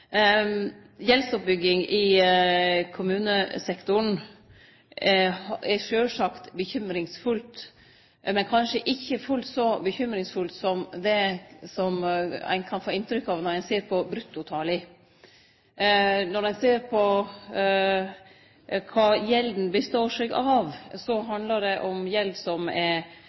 Gjeldsoppbygging i kommunesektoren er sjølvsagt bekymringsfullt, men kanskje ikkje fullt så bekymringsfullt som det ein kan få inntrykk av når ei ser på bruttotala. Når ein ser på kva slags gjeld det er, ser ein at det handlar om gjeld som er